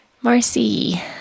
Marcy